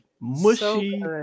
mushy